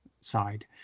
side